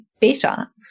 better